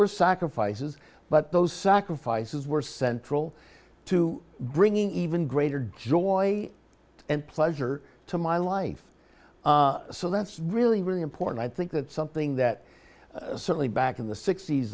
were sacrifices but those sacrifices were central to bringing even greater joy and pleasure to my life so that's really really important i think that something that certainly back in the sixt